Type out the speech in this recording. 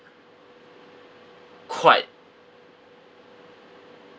quite